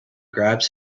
grabs